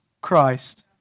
Christ